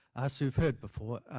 ah sort of heard before,